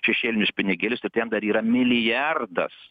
šešėlinius pinigėlius ir tiem dar yra milijardas